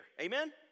Amen